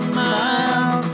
miles